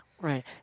Right